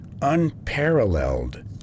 unparalleled